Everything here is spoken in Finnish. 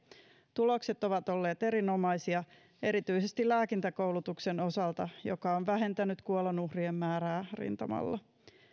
tulokset ovat olleet erinomaisia erityisesti lääkintäkoulutuksen osalta joka on vähentänyt kuolonuhrien määrää rintamalla